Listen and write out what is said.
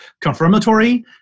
confirmatory